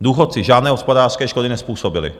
Důchodci žádné hospodářské škody nezpůsobili.